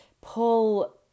pull